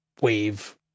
wave